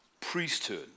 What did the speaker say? priesthood